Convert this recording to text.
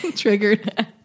triggered